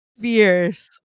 fierce